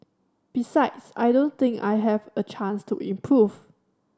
besides I don't think I have a chance to improve